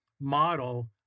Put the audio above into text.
model